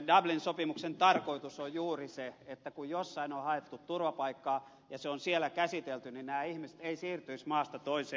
dublin sopimuksen tarkoitus on juuri se että kun jossain on haettu turvapaikkaa ja se on siellä käsitelty niin nämä ihmiset eivät siirtyisi maasta toiseen